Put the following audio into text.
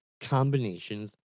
combinations